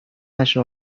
نشه